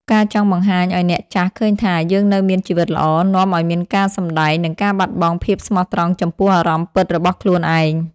ការចង់បង្ហាញឱ្យអ្នកចាស់ឃើញថា "យើងនៅមានជីវិតល្អ" នាំឱ្យមានការសម្តែង និងការបាត់បង់ភាពស្មោះត្រង់ចំពោះអារម្មណ៍ពិតរបស់ខ្លួនឯង។